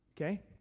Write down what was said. Okay